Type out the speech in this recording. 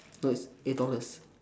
no it's eight dollars